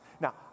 now